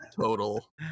Total